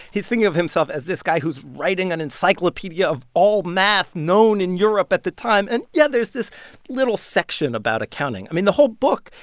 he's thinking of himself as this guy who's writing an encyclopedia of all math known in europe at the time. and, yeah, there's this little section about accounting. i mean, the whole book,